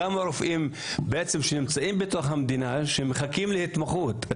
כמה רופאים בעצם שנמצאים בתוך המדינה שמחכים להתמחות.